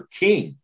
king